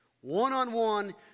one-on-one